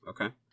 okay